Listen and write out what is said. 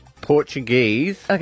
Portuguese